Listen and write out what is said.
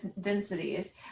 densities